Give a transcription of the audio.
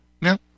No